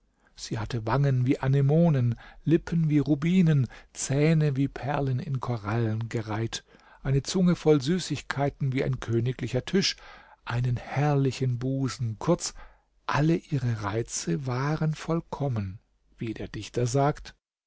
sie hatte wangen wie anemonen lippen wie rubinen zähne wie perlen in korallen gereiht eine zunge voll süßigkeiten wie ein königlicher tisch einen herrlichen busen kurz alle ihre reize waren vollkommen wie der dichter sagt